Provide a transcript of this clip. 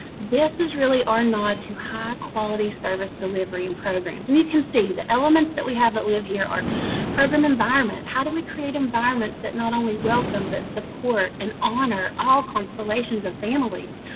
this is really our nod to high quality service delivery in programs. and you can see, the elements that we have that live here are program environment how to we create environment that not only welcome, but support and honor all constellations of families.